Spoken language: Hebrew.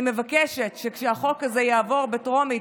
אני מבקשת שכשהחוק הזה יעבור בטרומית,